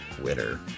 winner